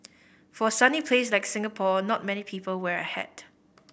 for a sunny place like Singapore not many people wear a hat